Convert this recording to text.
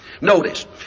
Notice